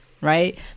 right